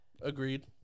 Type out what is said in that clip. Agreed